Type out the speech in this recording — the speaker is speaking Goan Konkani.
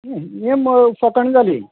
हें म फकाणां जालीं